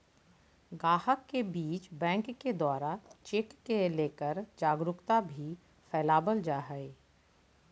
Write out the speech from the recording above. गाहक के बीच बैंक के द्वारा चेक के लेकर जागरूकता भी फैलावल जा है